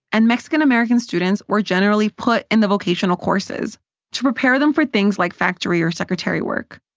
and mexican-american students were generally put in the vocational courses to prepare them for things like factory or secretary work.